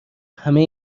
همه